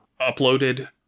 uploaded